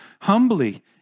humbly